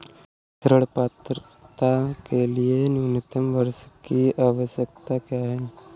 ऋण पात्रता के लिए न्यूनतम वर्ष की आवश्यकता क्या है?